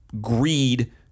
greed